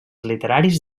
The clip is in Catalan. literaris